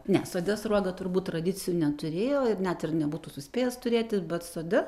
ne sode sruoga turbūt tradicijų neturėjo ir net ir nebūtų suspėjęs turėti bet sode